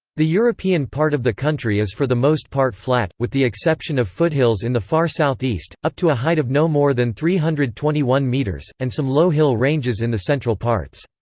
the european part of the country is for the most part flat, with the exception of foothills in the far southeast, up to a height of no more than three hundred and twenty one metres, and some low hill ranges in the central parts.